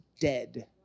dead